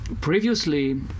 Previously